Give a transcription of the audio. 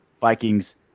Vikings